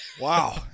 Wow